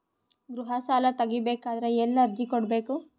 ಗೃಹ ಸಾಲಾ ತಗಿ ಬೇಕಾದರ ಎಲ್ಲಿ ಅರ್ಜಿ ಕೊಡಬೇಕು?